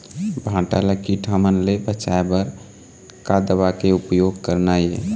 भांटा ला कीट हमन ले बचाए बर का दवा के उपयोग करना ये?